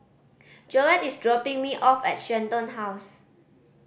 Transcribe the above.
Joette is dropping me off at Shenton House